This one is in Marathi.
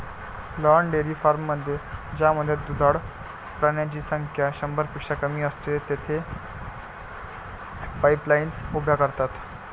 लहान डेअरी फार्ममध्ये ज्यामध्ये दुधाळ प्राण्यांची संख्या शंभरपेक्षा कमी असते, तेथे पाईपलाईन्स उभ्या करतात